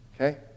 Okay